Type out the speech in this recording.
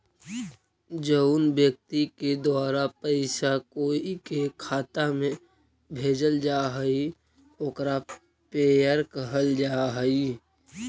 जउन व्यक्ति के द्वारा पैसा कोई के खाता में भेजल जा हइ ओकरा पेयर कहल जा हइ